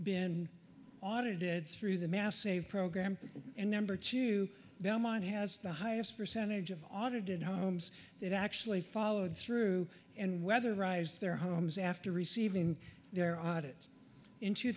been audited through the massive program and number two belmont has the highest percentage of audited homes that actually followed through and weatherize their homes after receiving their odd it in two